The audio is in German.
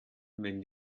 wenn